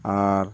ᱟᱨ